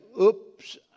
oops